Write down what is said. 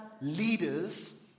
leaders